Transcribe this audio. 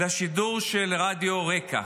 לשידור של רדיו רק"ע.